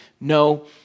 No